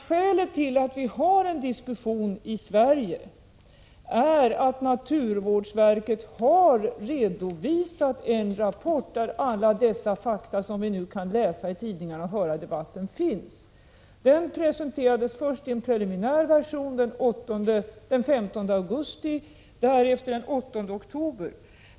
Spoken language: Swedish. Skälet till att vi har en diskussion i Sverige är att naturvårdsverket har redovisat en rapport där alla de fakta finns som vi nu kan läsa om i tidningar och höra i debatten. Rapporten presenterades först i en preliminär version den 15 augusti och därefter den 8 oktober.